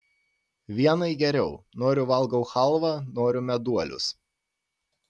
vienai geriau noriu valgau chalvą noriu meduolius